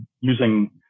using